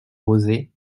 rosées